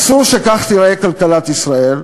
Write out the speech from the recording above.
אסור שכך תיראה כלכלת ישראל.